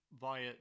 via